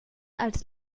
als